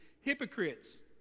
hypocrites